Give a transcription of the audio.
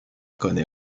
connaît